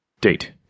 Date